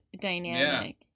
dynamic